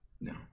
No